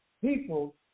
people